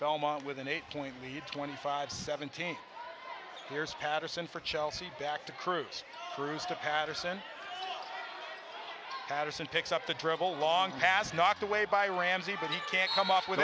belmont with an eight point lead twenty five seventeen years patterson for chelsea back to cruise cruise to patterson patterson picks up the treble long pass knocked away by ramsey but he can't come up with